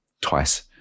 Twice